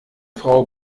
frau